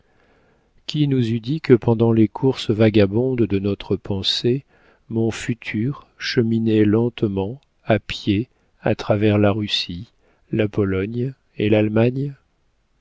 qui nous eût dit que pendant les courses vagabondes de notre pensée mon futur cheminait lentement à pied à travers la russie la pologne et l'allemagne